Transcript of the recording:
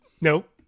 Nope